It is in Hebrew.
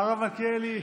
שהרב מלכיאלי,